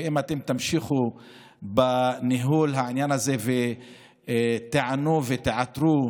ואם אתם תמשיכו בניהול העניין הזה ותיענו ותיעתרו